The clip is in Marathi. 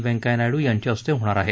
व्यंकय्या नायडू यांच्या हस्ते होणार आहे